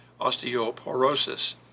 osteoporosis